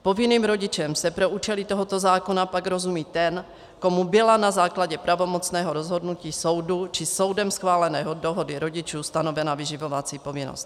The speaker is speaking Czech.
Povinným rodičem se pro účely tohoto zákona pak rozumí ten, komu byla na základě pravomocného rozhodnutí soudu či soudem schválené dohody rodičů stanovena vyživovací povinnost.